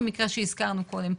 המקרה שהזכרנו קודם.